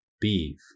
beef